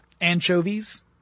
Anchovies